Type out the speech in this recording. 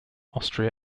austria